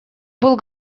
был